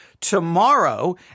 tomorrow